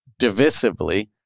divisively